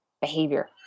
behavior